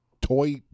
toy